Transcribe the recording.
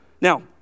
Now